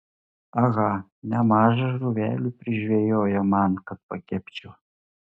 aha nemaža žuvelių prižvejojo man kad pakepčiau